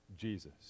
Jesus